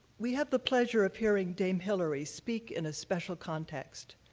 we have the pleasure of hearing dame hilary speak in a special context.